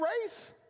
race